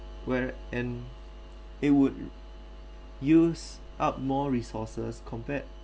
where and it would use up more resources compared